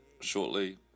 shortly